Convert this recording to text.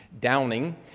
downing